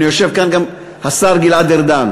הנה, יושב כאן גם השר גלעד ארדן.